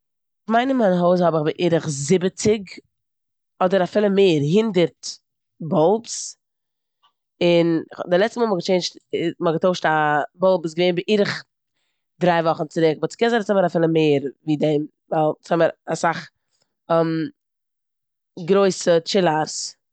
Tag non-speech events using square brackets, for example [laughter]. כ'מיין אין מיין הויז האב איך בערך זיבעציג אדער אפילו מער, הונדערט באלבס און די לעצטע מאל מ'האט געטשעינדשט- [hesitation] מ'האט געטוישט א באלב איז געווען בערך דרי וואכן צוריק. באט ס'קען זיין אונז האבן אפילו מער ווי דעם ווייל אונז האבן אסאך [hesitation] גרויסע טשילארס.